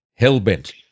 Hellbent